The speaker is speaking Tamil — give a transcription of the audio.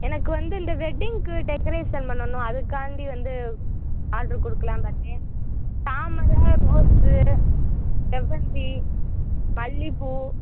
எனக்கு வந்து இந்த வெட்டிங்க்கு டெக்கரேஷன் பண்ணணும் அதுக்காண்டி வந்து ஆட்ரு கொடுக்கலாம்னு பார்த்தேன் தாமரை ரோஸ்ஸு செவ்வந்தி மல்லிகைப்பூ